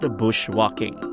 bushwalking